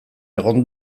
egon